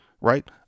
right